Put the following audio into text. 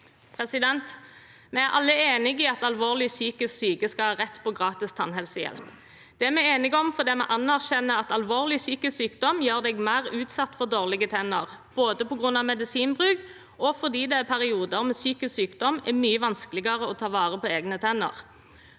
Vi er alle enige om at alvorlig psykisk syke skal ha rett på gratis tannhelsehjelp. Det er vi enige om fordi vi anerkjenner at alvorlig psykisk sykdom gjør deg mer utsatt for dårlige tenner, både på grunn av medisinbruk og fordi det i perioder med psykisk sykdom er mye vanskeligere å ta vare på egne tenner.